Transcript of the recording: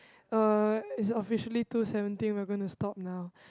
uh it's officially two seventeen and we are going to stop now